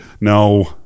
No